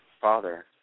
Father